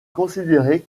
considéré